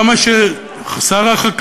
את שר החוץ שכחת.